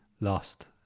Lost